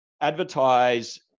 advertise